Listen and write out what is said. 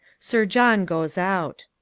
sir john goes out.